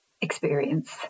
experience